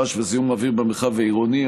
הרעש וזיהום האוויר במרחב העירוני,